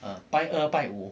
拜二拜五